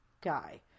guy